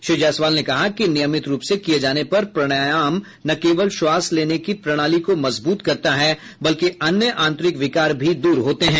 श्री जायसवाल ने कहा कि नियमित रूप से किए जाने पर प्राणायाम न केवल श्वास लेने की प्रणाली को मजबूत करता है बल्कि अन्य आंतरिक विकार भी दूर होते हैं